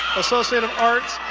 associate of arts,